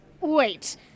Wait